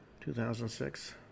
2006